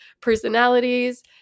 personalities